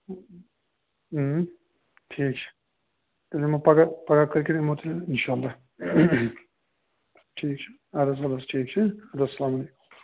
ٹھیٖک چھُ تیٚلہِ یِمو پَگاہ پَگاہ کٲلۍکیٚتھ یِمو تیٚلہِ اِنشااللہ ٹھیٖک چھُ اَدٕ حظ اَدٕ حظ ٹھیٖک چھُ اَدٕ حظ اَسلامُ عَلیکُم